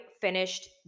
finished